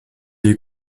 est